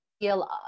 feel